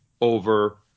Over